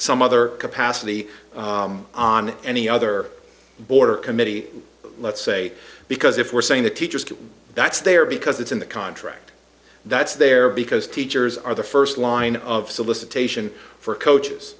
some other capacity on any other border committee let's say because if we're saying that teachers can that's there because it's in the contract that's there because teachers are the first line of solicitation for coaches